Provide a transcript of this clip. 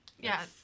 Yes